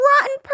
rotten